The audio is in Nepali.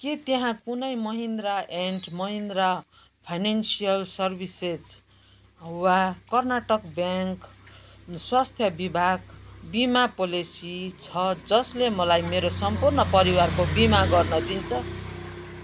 के त्यहाँ कुनै Mahindra and Mahindra financial services वा कर्नाटक ब्याङ्क स्वास्थ्य विभाग बिमा पोलेसी छ जसले मलाई मेरो सम्पूर्ण परिवारको बिमा गर्न दिन्छ